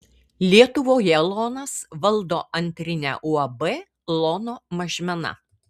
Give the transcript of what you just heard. lietuvoje lonas valdo antrinę uab lono mažmena